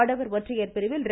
ஆடவர் ஒற்றையர் பிரிவில் ர